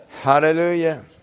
Hallelujah